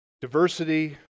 diversity